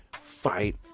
fight